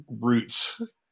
roots